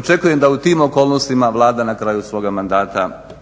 očekujem da u tim okolnostima Vlada na kraju svoga mandata pokaže